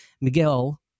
Miguel